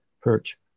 perch